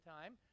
time